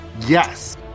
Yes